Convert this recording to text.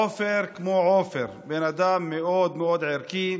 עופר כמו עופר, בן אדם מאוד מאוד ערכי,